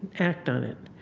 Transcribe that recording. act on it.